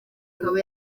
akaba